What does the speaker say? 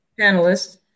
panelists